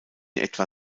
etwa